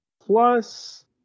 Plus